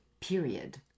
period